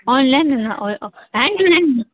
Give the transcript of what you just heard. on line hand to hand